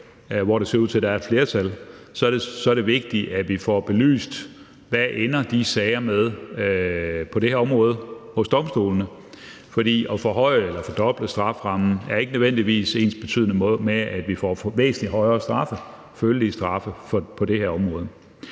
hvor det ser ud til at der er et flertal, så er vigtigt, at vi får belyst, hvad de sager på det her område ender med hos domstolene. For at forhøje eller fordoble strafferammen er ikke nødvendigvis ensbetydende med, at vi får væsentlig højere straffe og følelige straffe på det her område.